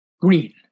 green